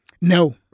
No